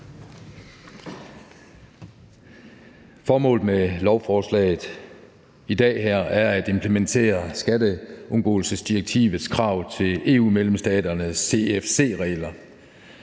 Formålet med lovforslaget her i dag er at implementere skatteundgåelsesdirektivets krav til EU-medlemsstaternes CFC-regler,